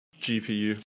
GPU